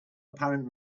apparent